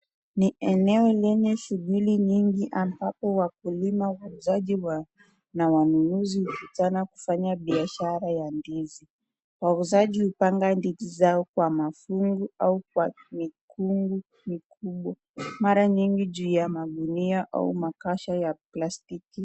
Ni eneo lenye shuguli nyingi ambapo wakulima ,wauzaji na wanunuzi ukitana kufanya biashara ya ndizi ,wauzaji hupanga ndizi zao kwa mafungu au kwa mingungu makubwa, mara nyingi juu ya gunia au makasha ya plastiki